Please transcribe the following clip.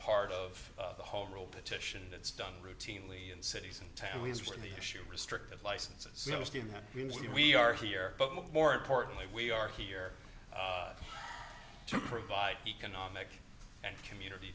part of the whole rule petition and it's done routinely in cities and towns where the issue restricted licenses we are here but more importantly we are here to provide economic and community